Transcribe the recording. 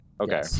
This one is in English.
Okay